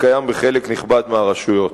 הקיים בחלק נכבד מהרשויות.